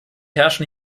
herrschen